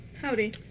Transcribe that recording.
Howdy